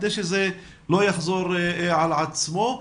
כדי שזה לא יחזור על עצמו.